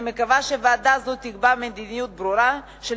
אני מקווה שוועדה זו תקבע מדיניות ברורה של